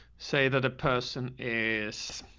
say that a person is,